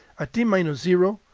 at t-minus-zero,